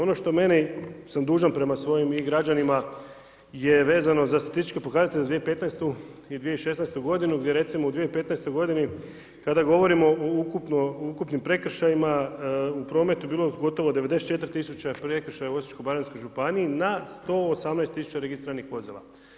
Ono što meni sam dužan prema svojim i građanima je vezano za statističke pokazatelje 2015. i 2016. godine, gdje recimo, u 2015. godini kada govorimo o ukupnim prekršajima u prometu bilo gotovo 94 tisuće prekršaja u Osječko-baranjskoj županiji na 118 tisuća registriranih vozila.